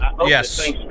yes